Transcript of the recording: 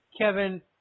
Kevin